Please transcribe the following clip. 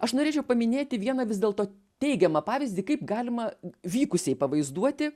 aš norėčiau paminėti vieną vis dėlto teigiamą pavyzdį kaip galima vykusiai pavaizduoti